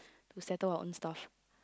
to settle our own stuff